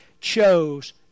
chose